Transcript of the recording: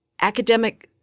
academic